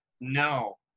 no